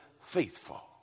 faithful